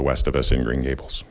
the west of us in green gables